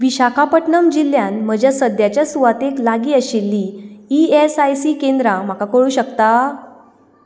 विशाखपटनम जिल्ल्यांत म्हज्या सद्याच्या सुवातेक लागीं आशिल्लीं ई एस आय सी केंद्रां म्हाका कळूं शकता